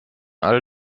all